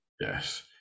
yes